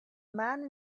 man